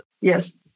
Yes